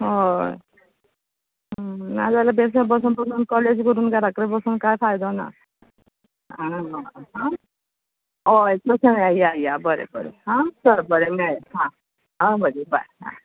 हय नाजाल्या बेश्टें बसोन बसोन कॉलेज करून घरा कडेन बसोन कांय फायदो ना आं हय आं हय या या बरें बरें हा चल बरें मेळ हा अ बरें बाय आं